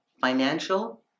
financial